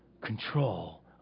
control